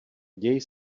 děj